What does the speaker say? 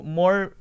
more